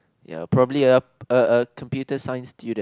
ya probably a a a computer science student